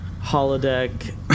holodeck